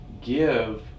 give